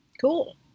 Cool